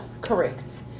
correct